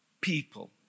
People